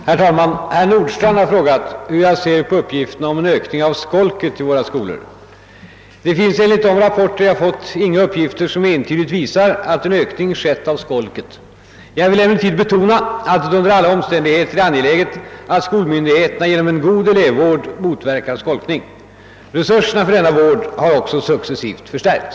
Herr talman! Herr Nordstrandh har frågat, hur jag ser på uppgifterna om en ökning av skolket i våra skolor. Det finns enligt de rapporter jag fått inga uppgifter som entydigt visar att en ökning skett av skolket. Jag vill emellertid betona att det under alla omständigheter är angeläget att skolmyndigheterna genom en god elevvård motverkar skolkning. Resurserna för denna vård har också successivt förstärkts.